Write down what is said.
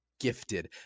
gifted